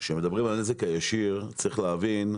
כשמדברים על הנזק הישיר צריך להבין,